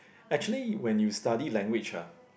actually when you study language ah